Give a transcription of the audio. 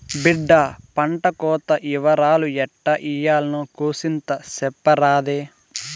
బిడ్డా పంటకోత ఇవరాలు ఎట్టా ఇయ్యాల్నో కూసింత సెప్పరాదే